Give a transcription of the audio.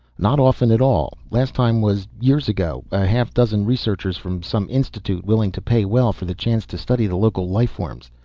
not often at all. last time was years ago. a half-dozen researchers from some institute, willing to pay well for the chance to study the local life forms.